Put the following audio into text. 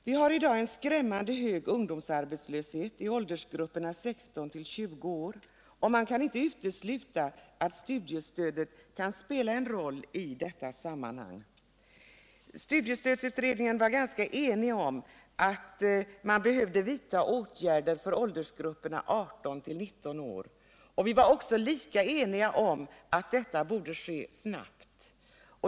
Vi har i dag en skrämmande hög ungdomsarbetslöshet i åldersgrupperna 16-20 år, och man kan inte utesluta att studiestödet kan spela en roll i detta sammanhang. Vi var i studiestödsutredningen ganska eniga om att åtgärder behövde vidtas för åldersgrupperna 18-19 år, och vi var lika eniga om att detta borde ske snabbt.